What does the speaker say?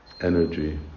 energy